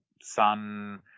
sun